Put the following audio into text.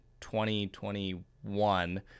2021